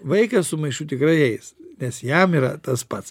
vaikas su maišu tikrai eis nes jam yra tas pats